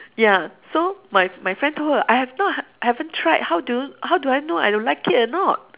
ya so my my friend told her I have not I haven't tried how do yo~ how do I know I like it or not